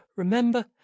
remember